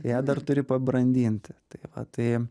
ją dar turi pabrandinti tai va tai